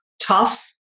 tough